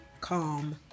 calm